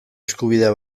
eskubidea